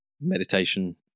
meditation